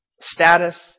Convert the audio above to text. status